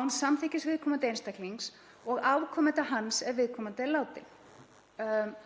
án samþykkis viðkomandi einstaklings eða afkomenda hans ef viðkomandi er látinn.